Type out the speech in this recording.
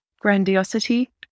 grandiosity